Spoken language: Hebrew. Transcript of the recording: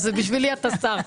אז בשבילי אתה שר.